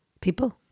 people